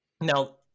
Now